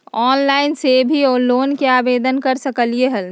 Online से भी loan के आवेदन कर सकलीहल?